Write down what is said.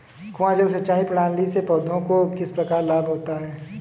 कुआँ जल सिंचाई प्रणाली से पौधों को किस प्रकार लाभ होता है?